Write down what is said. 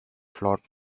flawed